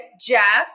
Jeff